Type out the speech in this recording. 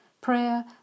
Prayer